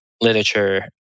literature